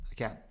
Okay